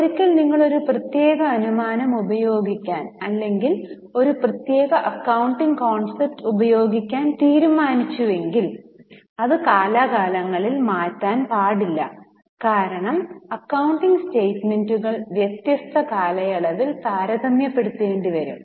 ഒരിക്കൽ നിങ്ങൾ ഒരു പ്രത്യേക അനുമാനം ഉപയോഗിക്കാൻ അല്ലെങ്കിൽ ഒരു പ്രത്യേക അക്കൌണ്ടിംഗ് കോൺസെപ്റ് ഉപയോഗിക്കാൻ തീരുമാനിച്ചുവെങ്കിൽ അത് കാലാകാലങ്ങളിൽ മാറ്റാൻ പാടില്ല കാരണം അക്കൌണ്ടിംഗ് സ്റ്റേറ്റ്മെന്റുകൾ വ്യത്യസ്ത കാലയളവിൽ താരതമ്യപ്പെടുത്തേണ്ടി വരും